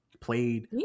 played